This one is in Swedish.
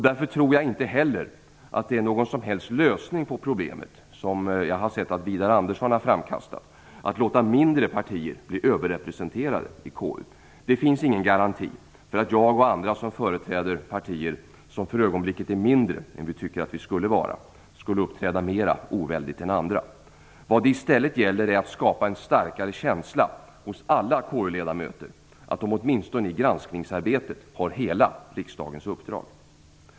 Därför tror jag inte heller att det är någon som helst lösning på problemet att - som Widar Andersson har framkastat - låta mindre partier bli överrepresenterade i KU. Det finns ingen garanti för att jag och andra som företräder partier som för ögonblicket är mindre än vi tycker att vi skulle vara skulle uppträda mer oväldigt än andra. Vad det i stället gäller är att skapa en starkare känsla hos alla KU ledamöter för att de åtminstone i granskningsarbetet har hela riksdagens uppdrag.